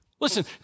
Listen